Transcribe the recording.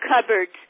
cupboards